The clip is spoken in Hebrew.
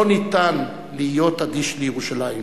לא ניתן להיות אדיש לירושלים.